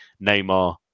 Neymar